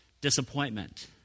disappointment